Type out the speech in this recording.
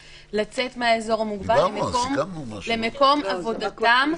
לצאת מהאזור המוגבל למקום עבודתם.